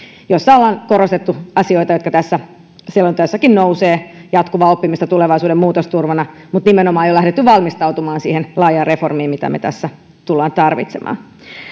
jossa ollaan korostettu asioita jotka tässä selonteossakin nousevat jatkuvaa oppimista tulevaisuuden muutosturvana mutta nimenomaan on jo lähdetty valmistautumaan siihen laajaan reformiin mitä me tässä tulemme tarvitsemaan